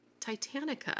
titanica